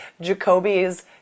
Jacoby's